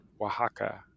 Oaxaca